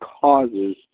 causes